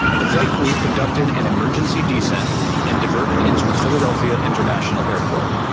the flight crew conducted an emergency descent and diverted into philadelphia international airport.